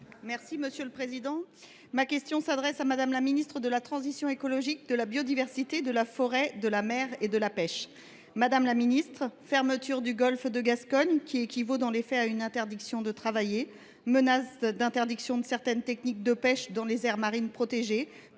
et indépendants. Ma question s’adresse à Mme la ministre de la transition écologique, de la biodiversité, de la forêt, de la mer et de la pêche. Madame la ministre, fermeture du golfe de Gascogne qui équivaut dans les faits à une interdiction de travailler, menace d’interdiction de certaines techniques de pêche dans les aires marines protégées,